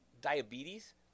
Diabetes